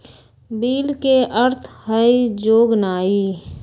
bill के अर्थ हइ जोगनाइ